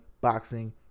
boxing